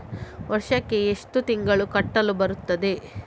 ವರ್ಷಕ್ಕೆ ಎಷ್ಟು ತಿಂಗಳು ಕಟ್ಟಲು ಬರುತ್ತದೆ?